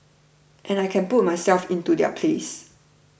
and I can put myself into their place